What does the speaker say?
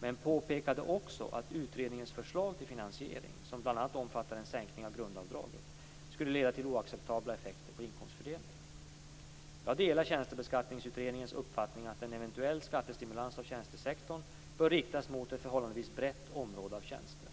men påpekade också att utredningens förslag till finansiering - som bl.a. omfattade en sänkning av grundavdraget - skulle leda till oacceptabla effekter på inkomstfördelningen. Jag delar Tjänstebeskattningsutredningens uppfattning att en eventuell skattestimulans av tjänstesektorn bör riktas mot ett förhållandevis brett område av tjänster.